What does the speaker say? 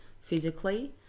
physically